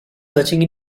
searching